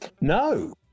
No